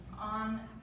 on